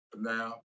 now